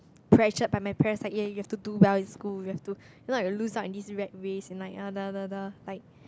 pressured by my parents that ya you have to do well in school you have to if not you will lose out in this rat race and the the the the like